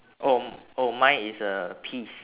oh oh mine is a peas